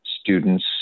students